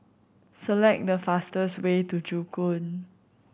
select the fastest way to Joo Koon